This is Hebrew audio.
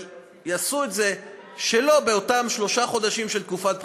אבל יעשו את זה שלא באותם שלושה חודשים של תקופת בחירות,